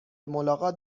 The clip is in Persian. ملاقات